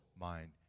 mind